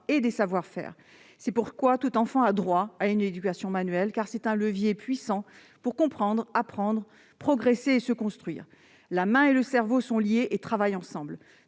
et des savoir-faire. C'est pourquoi il a droit à une éducation manuelle, qui est un levier puissant pour comprendre, apprendre, progresser et se construire. La main et le cerveau sont liés et travaillent ensemble.